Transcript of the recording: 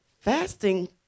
fasting